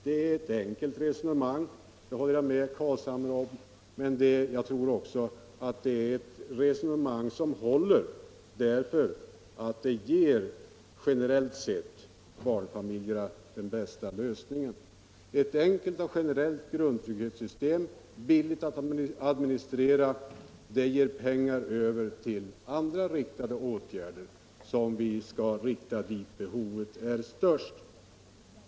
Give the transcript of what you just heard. Jag håller med herr Carlshamre om att det är ett enkelt resonemang, men jag tror också att det är ett resonemang som håller, eftersom det generellt sett ger barnfamiljerna den bästa lösningen. Ett enkelt och generellt grundtrygghetssystem, billigt att administrera, ger pengar över till andra riktade åtgärder, som vi skall styra dit där behovet är störst.